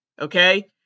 Okay